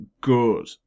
good